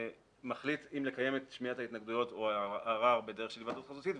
מחליט אם לקיים את שמיעת ההתנגדויות או הערר בדרך של היוועדות חזותית.